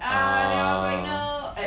ah